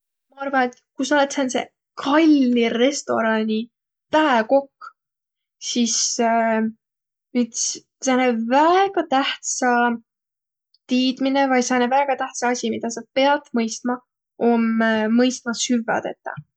Ma arva, et ku sa olõt sääntse kalli restoraani pääkokk, sis üts sääne väega tähtsä tiidmine vai sääne väega tähtsä asi, midä sa piät mõistma, om mõistma süvväq tetäq.